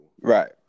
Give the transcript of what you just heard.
Right